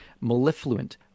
mellifluent